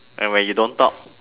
and when you don't talk